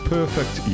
Perfect